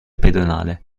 pedonale